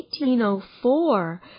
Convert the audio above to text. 1804